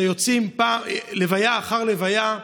לוויה אחר לוויה.